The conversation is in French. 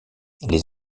les